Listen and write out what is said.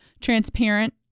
transparent